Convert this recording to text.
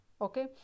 okay